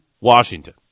Washington